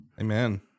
Amen